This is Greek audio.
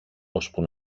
ώσπου